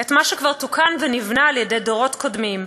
את מה שכבר תוקן ונבנה על-ידי דורות קודמים,